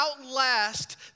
outlast